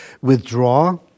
Withdraw